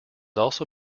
also